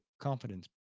confidence